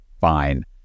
fine